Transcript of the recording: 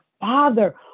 father